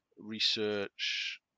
research